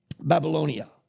Babylonia